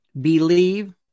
believe